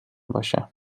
باشم